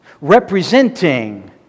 Representing